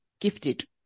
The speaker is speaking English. gifted